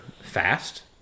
fast